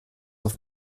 auf